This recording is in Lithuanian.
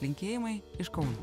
linkėjimai iš kauno